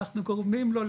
אנחנו גורמים לו,